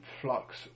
flux